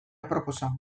aproposa